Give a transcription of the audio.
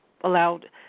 allowed